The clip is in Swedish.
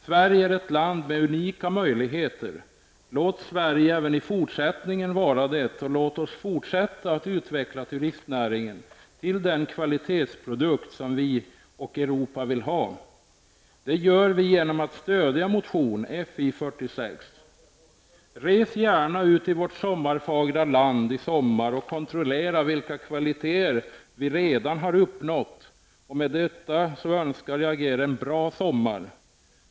Sverige är ett land med unika möjligheter. Låt Sverige även i fortsättningen vara det, och låt oss forsätta utveckla turistnäringen till den kvalitetsprodukt som vi och Europa vill ha. Det gör vi genom att stödja motion Fi46. Res gärna ut i vårt sommarfagra land i sommar och kontrollera vilka kvaliteter vi redan har uppnått. Med detta önskar jag er en bra sommar.